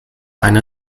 eine